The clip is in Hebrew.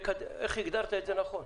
הגדרת את זה נכון,